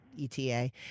ETA